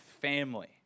family